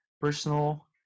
personal